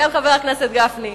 כן, חבר הכנסת גפני.